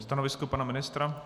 Stanovisko pana ministra?